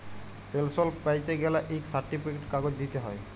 পেলসল প্যাইতে গ্যালে ইক সার্টিফিকেট কাগজ দিইতে হ্যয়